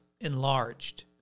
enlarged